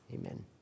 Amen